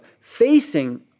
facing